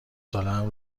سالهام